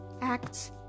acts